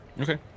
Okay